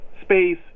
space